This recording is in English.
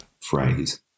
phrase